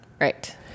right